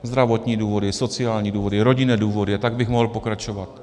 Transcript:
Zdravotní důvody, sociální důvody, rodinné důvody a tak bych mohl pokračovat.